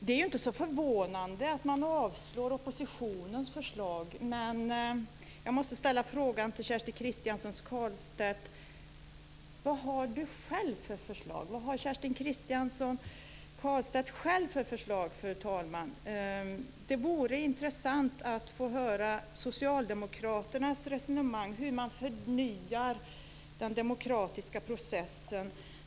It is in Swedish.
Det är inte så förvånande att man avslår oppositionens förslag, men jag måste ställa frågan vad Kerstin Kristiansson Karlstedt själv har för förslag. Det vore intressant att få höra socialdemokraternas resonemang om hur man förnyar den demokratiska processen.